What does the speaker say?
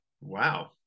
Wow